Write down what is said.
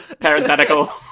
Parenthetical